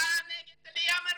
אתה נגד עליה מרוסיה.